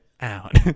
out